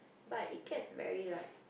but it gets very like